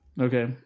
Okay